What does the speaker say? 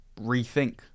rethink